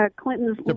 Clinton's